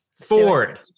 Ford